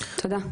תודה.